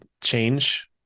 change